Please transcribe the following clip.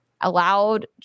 allowed